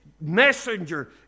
messenger